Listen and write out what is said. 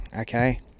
okay